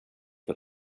för